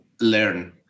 learn